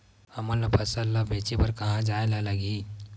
हमन ला फसल ला बेचे बर कहां जाये ला लगही?